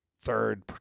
third